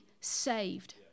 saved